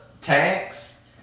Tax